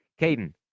Caden